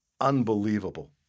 Unbelievable